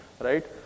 right